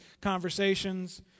conversations